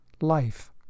life